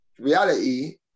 Reality